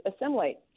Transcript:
assimilate